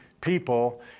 people